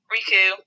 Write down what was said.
Riku